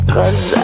Cause